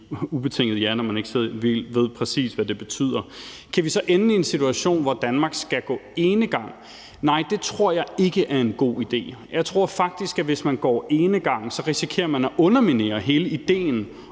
ubetinget ja, når man ikke præcis ved, hvad det betyder. Kan vi så ende i en situation, hvor Danmark skal gå enegang? Nej, det tror jeg ikke er en god idé. Jeg tror faktisk, at hvis man går enegang, risikerer man at underminere hele idéen